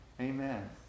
Amen